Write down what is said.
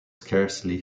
scarcely